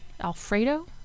Alfredo